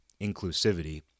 inclusivity